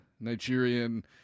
Nigerian